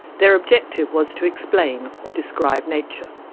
their objective was to explain or describe nature.